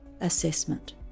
assessment